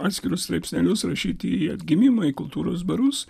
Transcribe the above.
atskirus straipsnelius rašyti į atgimimą į kultūros barus